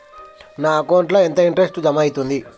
నా అకౌంట్ ల ఎంత ఇంట్రెస్ట్ జమ అయ్యింది?